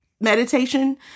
meditation